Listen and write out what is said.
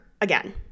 again